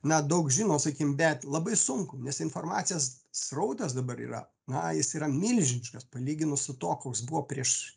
na daug žino sakykim bet labai sunku nes informacijas srautas dabar yra na jis yra milžiniškas palyginus su tuo koks buvo prieš